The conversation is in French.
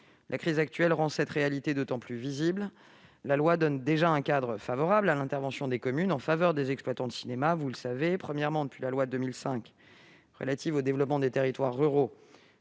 la crise actuelle rend cette réalité d'autant plus visible, la loi donne déjà un cadre favorable à l'intervention des communes en faveur des exploitants de cinéma. Premièrement, depuis la loi du 23 février 2005 relative au développement des territoires ruraux,